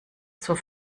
zur